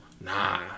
nah